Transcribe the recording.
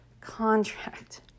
contract